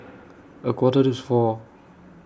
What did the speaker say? A Quarter to four